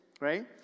right